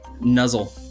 Nuzzle